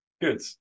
Good